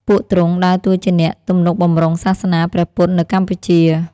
ពួកទ្រង់ដើរតួជាអ្នកទំនុកបម្រុងសាសនាព្រះពុទ្ធនៅកម្ពុជា។